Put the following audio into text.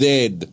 Dead